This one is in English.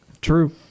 True